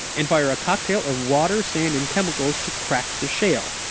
and fire a cocktail of water, sand and chemicals to crack the shale.